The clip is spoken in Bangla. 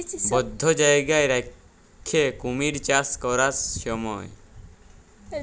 বধ্য জায়গায় রাখ্যে কুমির চাষ ক্যরার স্যময়